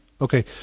Okay